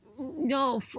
No